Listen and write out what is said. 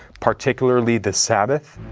particularly the sabbath?